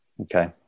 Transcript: Okay